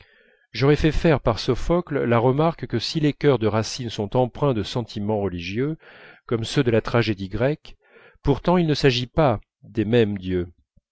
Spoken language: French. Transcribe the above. j'aurais fait faire par sophocle la remarque que si les chœurs de racine sont empreints de sentiments religieux comme ceux de la tragédie grecque pourtant il ne s'agit pas des mêmes dieux